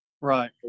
right